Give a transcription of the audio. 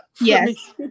Yes